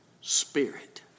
spirit